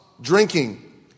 drinking